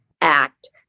Act